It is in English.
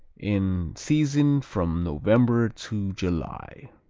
in season from november to july.